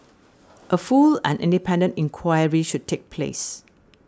a full and independent inquiry should take place